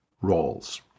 roles